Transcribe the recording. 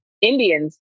Indians